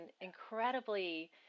incredibly